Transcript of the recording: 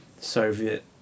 soviet